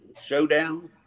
showdown